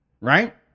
right